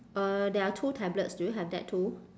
uh there are two tablets do you have that too